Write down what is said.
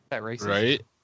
Right